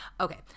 Okay